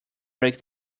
break